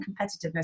competitiveness